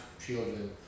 children